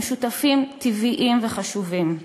הם שותפים טבעיים וחשובים,